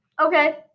Okay